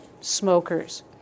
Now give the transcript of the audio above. smokers